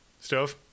Stove